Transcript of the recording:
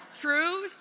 True